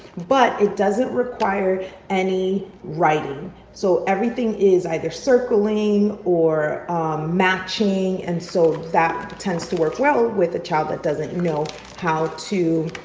but it doesn't require any writing. so everything is either circling or matching. and so that tends to work well with a child that doesn't know how to